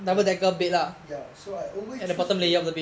mm ya so I always choose to